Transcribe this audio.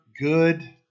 good